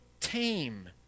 tame